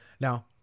Now